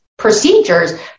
procedures